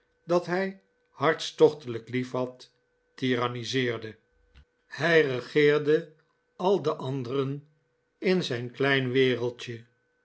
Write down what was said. dat hij hartstochtelijk lief had tiranniseerde hij regeerde al de anderen in zijn klein wereldje